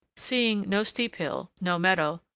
seeing no steep hill, no meadow,